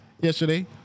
yesterday